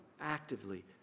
actively